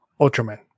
Ultraman